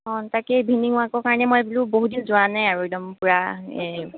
অঁ তাকে ইভিনিং ৱাকৰ কাৰণে মই বোলো বহুদিন যোৱা নাই আৰু একদম পুৰা